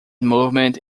movement